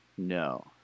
No